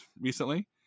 recently